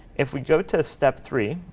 if we go to step three,